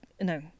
no